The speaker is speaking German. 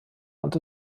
und